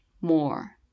more